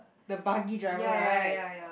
the buggy driver right